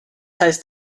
heißt